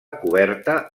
coberta